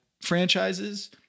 franchises